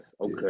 okay